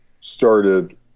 started